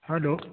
hello